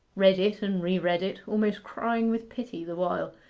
read it and re-read it, almost crying with pity the while,